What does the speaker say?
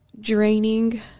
Draining